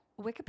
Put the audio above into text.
Wikipedia